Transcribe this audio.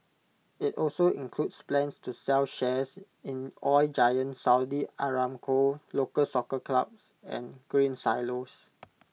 IT also includes plans to sell shares in oil giant Saudi Aramco local Soccer clubs and Grain Silos